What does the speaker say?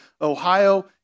ohio